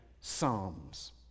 Psalms